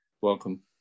welcome